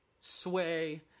sway